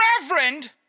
reverend